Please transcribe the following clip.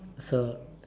so